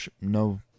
no